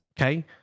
Okay